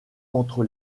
entre